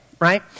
Right